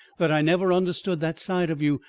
that i never understood that side of you,